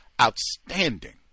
outstanding